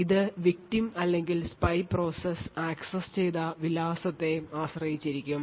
അത് victim അല്ലെങ്കിൽ spy process access ചെയ്ത വിലാസത്തെ ആശ്രയിച്ചിരിക്കും